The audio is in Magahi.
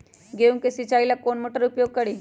गेंहू के सिंचाई ला कौन मोटर उपयोग करी?